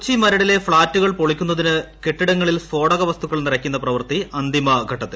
കൊച്ചി മരടിലെ ഫ്ള്ളാറ്റുകൾ പൊളിക്കുന്നതിന് കെട്ടിടങ്ങളിൽ സ്ഫോടക വസ്തുക്കൾ നിറയ്ക്കുന്ന പ്രവൃത്തി അന്തിമ ഘട്ടത്തിൽ